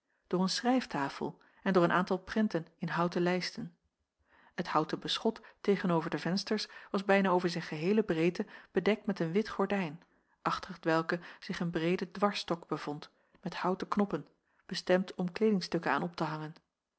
door een schrijftafel en door een aantal prenten in houten lijsten het houten beschot tegen-over de vensters was bijna over zijn geheele breedte bedekt met een wit gordijn achter t welk zich een breede dwarsstok bevond met houten knoppen bestemd om kleedingstukken aan op te hangen